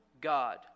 God